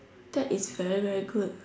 that is very very good